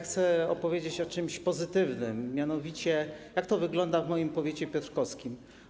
Chcę opowiedzieć o czymś pozytywnym, mianowicie jak to wygląda w moim powiecie piotrkowskim.